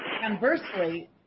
Conversely